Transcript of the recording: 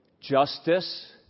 Justice